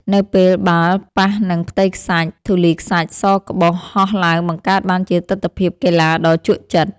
នៅពេលបាល់ប៉ះនឹងផ្ទៃខ្សាច់ ធូលីខ្សាច់សក្បុសហោះឡើងបង្កើតបានជាទិដ្ឋភាពកីឡាដ៏ជក់ចិត្ត។